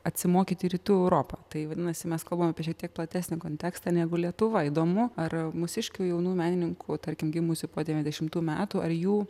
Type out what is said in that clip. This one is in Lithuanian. atsimokyti rytų europą tai vadinasi mes kalbam apie šiek tiek platesnį kontekstą negu lietuva įdomu ar mūsiškių jaunų menininkų tarkim gimusių po dvidešimtų metų ar jų